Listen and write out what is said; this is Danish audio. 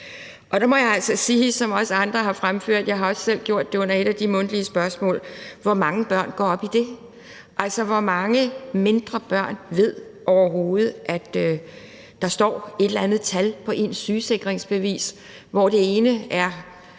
jeg også selv har gjort i et af de mundtlige spørgsmål: Hvor mange børn går op i det? Altså, hvor mange mindre børn ved overhovedet, at der står et eller andet tal på sygesikringsbeviset, hvoraf det sidste